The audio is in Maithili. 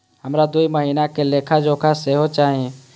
हमरा दूय महीना के लेखा जोखा सेहो चाही